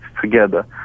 together